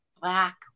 black